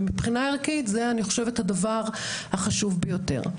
ומבחינה ערכית, זה, אני חושבת, הדבר החשוב ביותר.